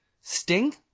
sting